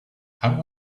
how